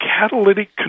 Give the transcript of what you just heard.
catalytic